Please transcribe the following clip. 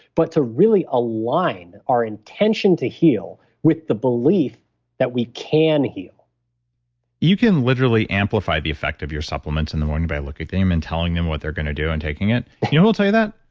but to really align our intention to heal with the belief that we can heal you can literally amplify the effect of your supplements in the morning by looking at them and telling them what they're going to do and taking it. you know who'll tell you that?